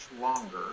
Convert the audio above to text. longer